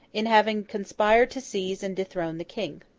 in having conspired to seize and dethrone the king.